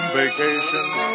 vacations